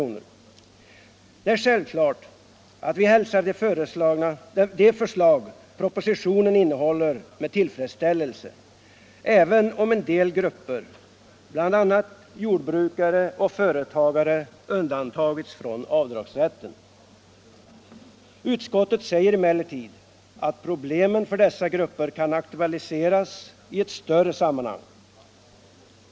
Viss avdragsrätt för Det är självklart att vi med tillfredsställelse hälsar de förslag propokostnader för sitionen innehåller, även om en del grupper, bl.a. jordbrukare och föarbetskläder retagare, har undantagits från avdragsrätten. Utskottet säger emellertid att problemet för dessa grupper kan aktualiseras i ett större sammanhang.